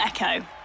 Echo